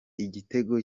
igitego